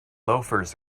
loafers